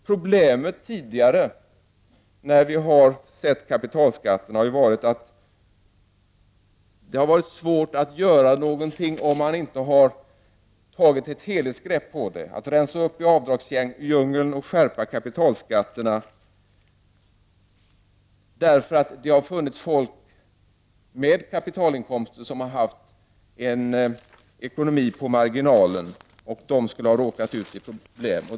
Problemet denna utan att man tar ett helhetsgrepp, rensar upp i avdragsdjungeln och skärper kapitalskatterna. Det har funnits folk med kapitalinkomster som haft en ekonomi på marginalen.